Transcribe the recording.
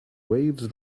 waves